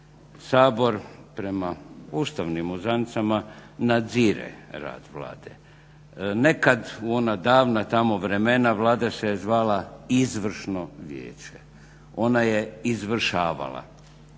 Sabor prema ustavnim uzancama nadzire rad Vlade. Nekad, u ona davna tamo vremena, Vlada se je zvala izvršno vijeće. Ona je izvršavala